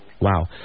Wow